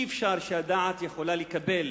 הדעת לא יכולה לקבל